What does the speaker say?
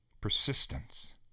Persistence